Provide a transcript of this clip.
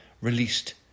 released